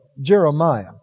Jeremiah